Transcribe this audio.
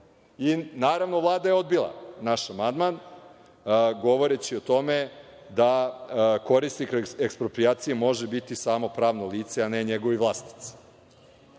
Naravno, Vlada je odbila naš amandman govoreći o tome da korisnik eksproprijacije može biti samo pravno lice, a ne njegovi vlasnici.